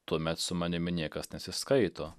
tuomet su manimi niekas nesiskaito